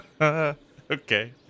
Okay